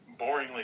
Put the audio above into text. boringly